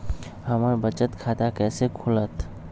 हमर बचत खाता कैसे खुलत?